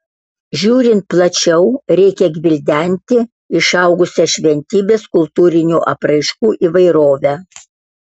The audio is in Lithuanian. žiūrint plačiau reikia gvildenti išaugusią šventybės kultūrinių apraiškų įvairovę